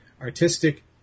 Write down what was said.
artistic